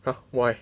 !huh! why